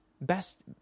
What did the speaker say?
Best